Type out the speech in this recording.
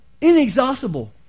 inexhaustible